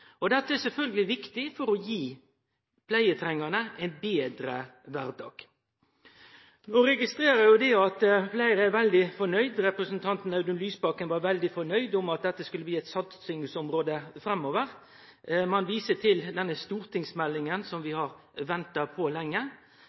mogleg. Dette er sjølvsagt viktig for å gi pleietrengande ein betre kvardag. Eg registrerer at fleire er veldig fornøgde. Representanten Audun Lysbakken var veldig fornøgd med at dette skulle bli eit satsingsområde framover. Ein viser til denne stortingsmeldinga som vi har venta på lenge.